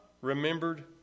remembered